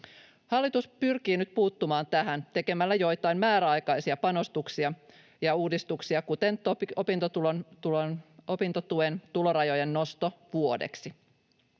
Hallitus pyrkii nyt puuttumaan tähän tekemällä joitain määräaikaisia panostuksia ja uudistuksia, kuten opintotuen tulorajojen noston vuodeksi.